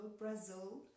Brazil